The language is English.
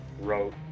wrote